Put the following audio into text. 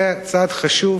זה צעד חשוב,